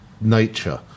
nature